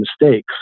mistakes